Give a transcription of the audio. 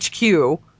HQ